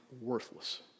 worthless